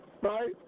right